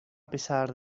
pesar